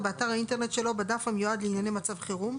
באתר האינטרנט שלו בדף המיועד לענייני מצב חירום,